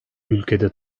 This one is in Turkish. ülkede